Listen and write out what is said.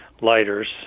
lighters